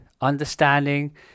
understanding